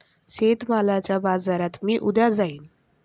शेतमालाच्या बाजारात मी उद्या जाईन